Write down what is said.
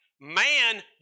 Man